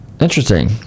Interesting